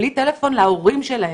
בלי טלפון להורים שלהן,